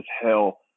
hell